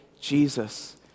Jesus